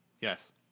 Yes